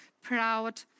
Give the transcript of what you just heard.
proud